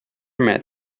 met